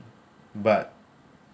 but